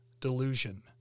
delusion